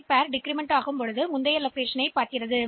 L ஜோடி இப்போது நாம் இங்கே இருக்கும் இடத்திற்கு செல்கிறது